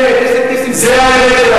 זה,